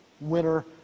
winner